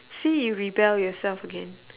see you rebel yourself again